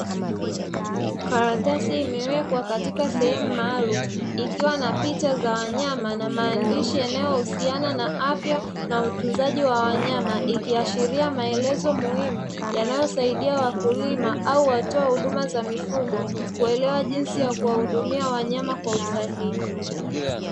Karatasi imewekwa katika sehemu maalumu ikiwa na picha za wanyama na maandishi yanayohusiana na afya na utunzaji wa wanyama, ikiashiria maelezo muhimu yanayosaidia wakulima au watoa huduma za mifugo kuelewa jinsi ya kuwahudumia wanyama kwa usahihi.